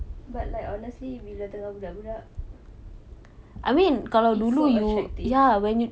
but like honestly bila dengan budak-budak it's so attractive